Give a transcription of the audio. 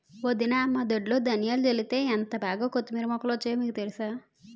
వదినా మా దొడ్లో ధనియాలు జల్లితే ఎంటబాగా కొత్తిమీర మొక్కలు వచ్చాయో మీకు తెలుసా?